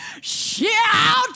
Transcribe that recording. shout